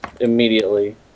Immediately